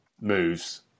moves